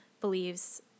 believes